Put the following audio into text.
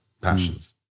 passions